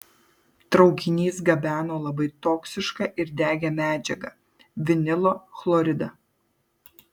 traukinys gabeno labai toksišką ir degią medžiagą vinilo chloridą